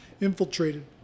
infiltrated